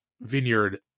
vineyard